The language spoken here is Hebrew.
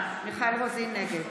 רוזין, נגד